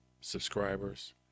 subscribers